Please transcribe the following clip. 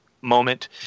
moment